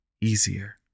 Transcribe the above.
easier